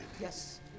Yes